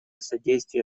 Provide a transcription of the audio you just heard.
содействия